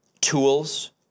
tools